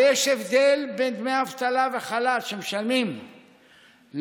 הרי יש הבדל בין דמי אבטלה וחל"ת שמשלמים מגיל